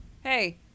Hey